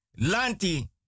lanti